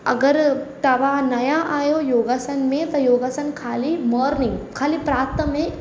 अगरि तव्हां नवां आहियो योगासन में त योगासन ख़ाली मॉर्निंग ख़ाली प्रातः में